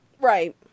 Right